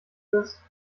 bist